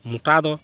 ᱢᱚᱴᱟ ᱫᱚ